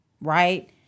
right